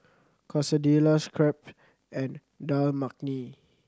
Quesadillas Crepe and Dal Makhani